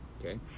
Okay